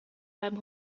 beim